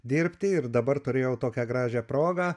dirbti ir dabar turėjau tokią gražią progą